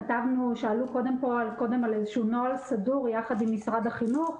שאלו קודם פה על איזשהו נוהל סדור יחד עם משרד החינוך.